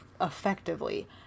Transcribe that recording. effectively